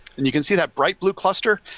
and you can see that bright blue cluster.